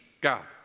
God